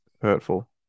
Hurtful